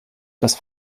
das